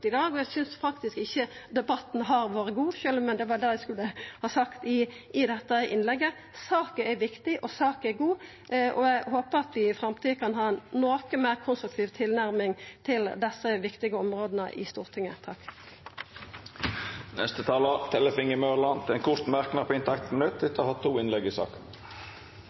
eg skulle ha sagt i dette innlegget. Saka er viktig, og saka er god, og eg håpar at vi i framtida kan ha ei noka meir konstruktiv tilnærming til desse viktige områda i Stortinget. Representanten Tellef Inge Mørland har hatt ordet to gonger tidlegare og får ordet til ein kort merknad, avgrensa til 1 minutt.